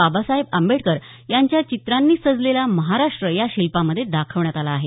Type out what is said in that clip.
बाबासाहेब आंबेडकर यांच्या चित्रांनी सजलेला महाराष्ट्र या शिल्पामध्ये दाखविण्यात आला आहे